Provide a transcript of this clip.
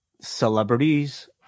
celebrities